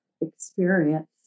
experience